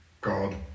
God